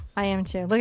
i am too. like